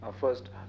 first